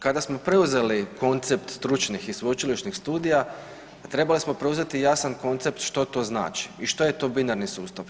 Kada smo preuzeli koncept stručnih i sveučilišnih studija, trebali smo preuzeti jasan koncept što to znači i što je to binarni sustav.